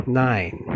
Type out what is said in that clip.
nine